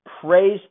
praise